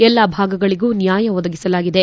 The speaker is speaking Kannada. ಎಲ್ಲಾ ಭಾಗಗಳಗೂ ನ್ಯಾಯ ಒದಗಿಸಲಾಗಿದೆ